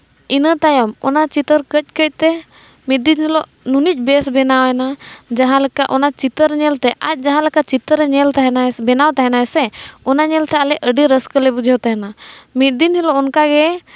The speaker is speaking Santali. ᱤᱱᱟᱹ ᱛᱟᱭᱚᱢ ᱚᱱᱟ ᱪᱤᱛᱟᱹᱨ ᱠᱟᱹᱡ ᱠᱟᱹᱡ ᱛᱮ ᱢᱤᱫ ᱫᱤᱱ ᱦᱤᱞᱳᱜ ᱩᱱᱟᱹᱜ ᱵᱮᱥ ᱵᱮᱱᱟᱣᱮᱱᱟ ᱡᱟᱦᱟᱸ ᱞᱮᱠᱟ ᱚᱱᱟ ᱪᱤᱛᱟᱹᱨ ᱧᱮᱞ ᱛᱮ ᱟᱡ ᱡᱟᱦᱟᱸ ᱞᱮᱠᱟ ᱪᱤᱛᱟᱹᱨ ᱧᱮᱞ ᱛᱟᱦᱮᱱᱟ ᱵᱮᱱᱟᱣ ᱛᱟᱦᱮᱱᱟᱭ ᱥᱮ ᱚᱱᱟ ᱧᱮᱞ ᱛᱮ ᱟᱞᱮ ᱟᱹᱰᱤ ᱨᱟᱹᱥᱠᱟᱹᱞᱮ ᱵᱩᱡᱷᱟᱹᱣ ᱛᱟᱦᱮᱱᱟ ᱢᱤᱫ ᱫᱤᱱ ᱦᱤᱞᱳᱜ ᱚᱱᱠᱟ ᱜᱮ